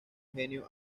genio